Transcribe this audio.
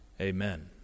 Amen